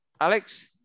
Alex